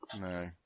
No